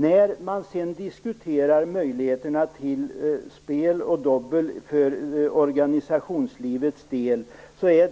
När man sedan diskuterar möjligheterna till spel och dobbel för organisationslivets del är